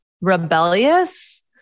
rebellious